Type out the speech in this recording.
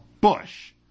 bush